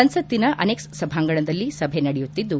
ಸಂಸತ್ತಿನ ಅನೆಕ್ಸ್ ಸಭಾಂಗಣದಲ್ಲಿ ಸಭೆ ನಡೆಯುತ್ತಿದ್ದು